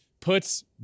puts